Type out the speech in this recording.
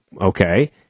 okay